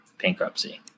bankruptcy